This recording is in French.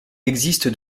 existe